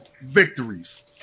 victories